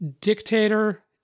dictator